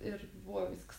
ir buvo viskas